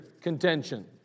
contention